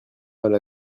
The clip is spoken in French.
mal